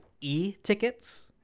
e-tickets